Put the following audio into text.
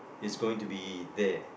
is going to be there